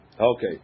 okay